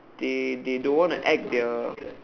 they they don't want to act their